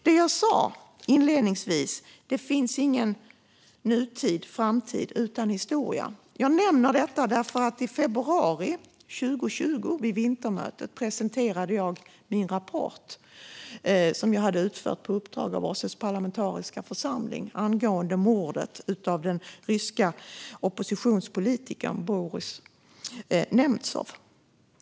Det jag sa inledningsvis om att det inte finns någon nutid eller framtid utan historia sa jag för att jag i februari 2020, vid vintermötet, presenterade min rapport som jag hade utfört på uppdrag av OSSE:s parlamentariska församling angående mordet på den ryska oppositionspolitikern Boris Nemtsov.